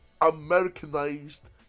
Americanized